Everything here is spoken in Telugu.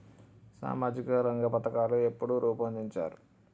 సామాజిక రంగ పథకాలు ఎప్పుడు రూపొందించారు?